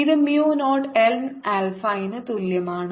ഇത് mu naught n alpha ന് തുല്യമാണ്